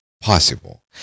possible